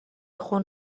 خون